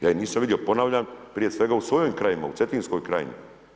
Ja ih nisam vidio, ponavljam, prije svega u svojim krajevima, u Cetinskoj krajini.